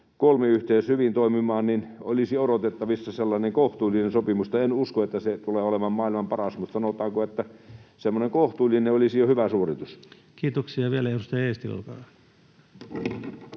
sitten hyvin toimimaan, niin olisi odotettavissa sellainen kohtuullinen sopimus. En usko, että se tulee olemaan maailman paras, mutta sanotaanko, että semmoinen kohtuullinen olisi jo hyvä suoritus. Kiitoksia. — Vielä edustaja Eestilä, olkaa hyvä.